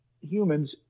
humans